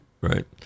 right